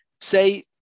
say